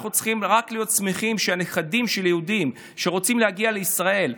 אנחנו צריכים רק להיות שמחים שנכדים של יהודים שרוצים להגיע לישראל,